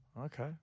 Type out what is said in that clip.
Okay